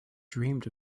dreamed